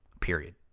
period